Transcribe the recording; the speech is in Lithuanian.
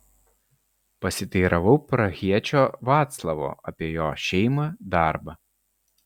pasiteiravau prahiečio vaclavo apie jo šeimą darbą